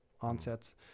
onsets